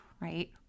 right